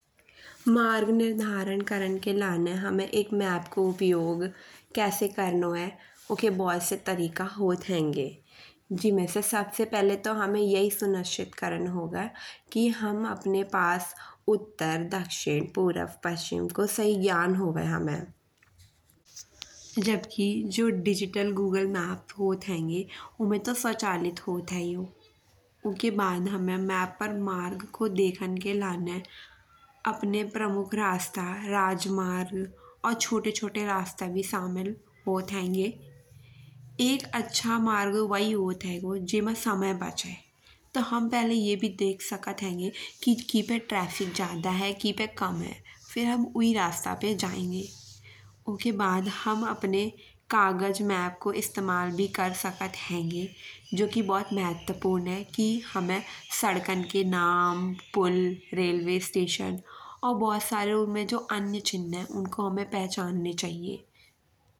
मार्ग निर्धारन करण के लाने हामें एक माप को उपयोग कैसे करनो है उके बहुत से तरीका होत हेंगे। जिमे सबसे पहिले तो हामें यही सुनिश्चित करण होगा कि हम अपने पास उत्तर दक्षिण पूरब पश्चिम को सही ज्ञान होवे हामें। जब कि जो डिजिटल गूगल मैप होत हेंगे उमे तो स्वचालित होत ही यो। उके बाद हामें मैप पर मार्ग को देखन के लाने अपने प्रमुख रास्ता राजमार्ग और छोटे छोटे रास्ता भी शामिल होत हेंगे। एक अच्छा मार्ग वही होत हेगो जिमे समय बचे। हम पहिले ये भी देख सकत हेंगे कि किपे ट्रैफिक ज्यादा है किपे कम है। फिर हम उई रास्ता पे जाएंगे। उके बाद हम कागज मैप को इस्तेमाल भी कर सकत हेंगे। जो कि बहुत महत्वपूर्ण है कि हामें सड़कों के नाम पुल रेलवे स्टेशन और बहुत सारे उमे जो अन्य चिन्ह हैं उनको हामें पहचानने चाहिए।